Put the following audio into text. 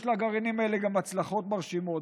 יש לגרעינים האלה גם הצלחות מרשימות.